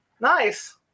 Nice